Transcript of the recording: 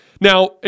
Now